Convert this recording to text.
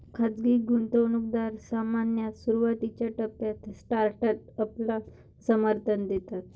खाजगी गुंतवणूकदार सामान्यतः सुरुवातीच्या टप्प्यात स्टार्टअपला समर्थन देतात